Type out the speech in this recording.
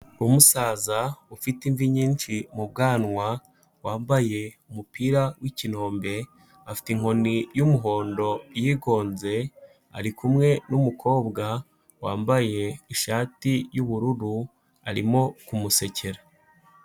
Umusaza ufite imvi nyinshi mu bwanwa wambaye umupira w'ikinombe, afite inkoni y'umuhondo yigonze, ari kumwe n'umukobwa wambaye ishati y'ubururu arimo kumusekera.